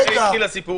מספיק.